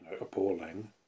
appalling